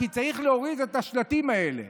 כי צריך להוריד את השלטים האלה.